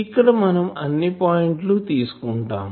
ఇక్కడ మనం అన్ని పాయింట్ లు తీసుకుంటాం